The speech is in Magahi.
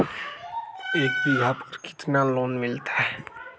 एक बीघा पर कितना लोन मिलता है?